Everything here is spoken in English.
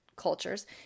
cultures